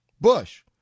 Bush